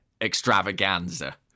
extravaganza